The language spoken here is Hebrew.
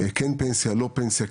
כן פנסיה או לא פנסיה,